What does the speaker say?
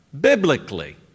biblically